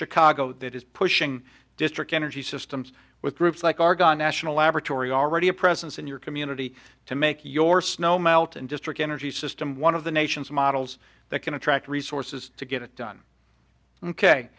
chicago that is pushing district energy systems with groups like argonne national laboratory already a presence in your community to make your snow melt and district energy system one of the nation's models that can attract resources to get it done ok